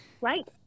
Right